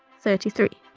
thirty three